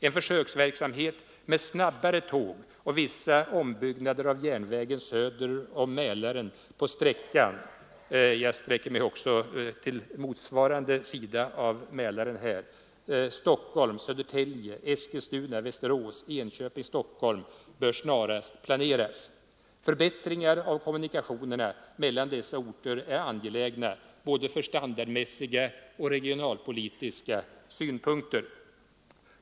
En försöksverksamhet med snabbare tåg och vissa ombyggnader av järnvägen söder om Mälaren på sträckan Stockholm— Södertälje—Eskilstuna—Västerås—Enköping—Stockholm bör snarast planeras. Förbättringar av kommunikationerna mellan dessa orter är angelägna, både från standardmässiga och regionalpolitiska synpunkter.